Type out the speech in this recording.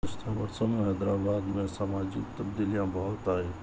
گزشتہ برسوں میں حیدر آباد میں سماجی تبدیلیاں بہت آئی